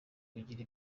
kugira